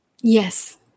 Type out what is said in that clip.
Yes